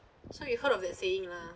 so you heard of that saying lah